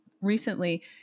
recently